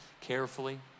Carefully